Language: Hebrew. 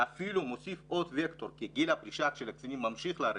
ואפילו מוסיף עוד וקטור כי גיל הפרישה של הקצינים ממשיך לרדת,